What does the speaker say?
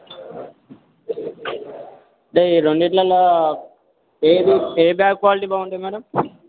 అంటే ఈ రెండు ఇట్లలో ఏది ఏ బ్యాగ్ క్వాలిటీ బాగుంటుంది మేడం